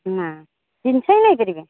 ନା ଜିନିଷ ନେଇପାରିବେ